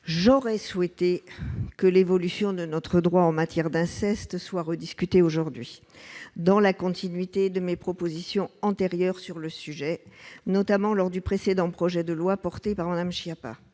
j'aurais souhaité que l'évolution de notre droit en matière d'inceste soit discutée de nouveau aujourd'hui, dans la continuité de mes propositions antérieures sur le sujet, notamment lors de l'examen du précédent projet de loi soutenu par Mme Schiappa.